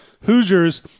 Hoosiers